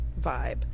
vibe